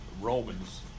Romans